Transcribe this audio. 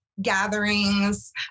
gatherings